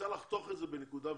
צריך לחתוך את זה בנקודה מסוימת.